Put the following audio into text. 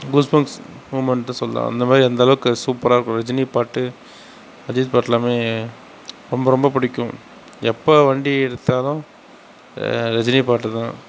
goosebumps மூமென்ட்னு சொல்லலாம் அந்தமாதிரி அந்தளவுக்கு சூப்பராக இருக்கும் ரஜினி பாட்டு ரஜினி பாட்டுலாம் ரொம்ப ரொம்ப பிடிக்கும் எப்போ வண்டி எடுத்தாலும் ரஜினி பாட்டுதான்